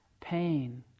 pain